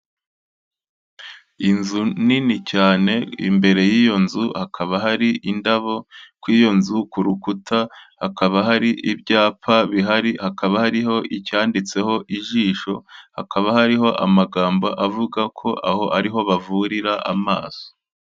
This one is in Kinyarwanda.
Inzu nini cyane, imbere y'iyo nzu hakaba hari indabo, kuri iyo nzu ku rukuta hakaba hari ibyapa bihari, hakaba hariho icyanditseho ijisho, hakaba hariho amagambo avuga ko aho ariho bavurira amaso.